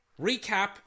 Recap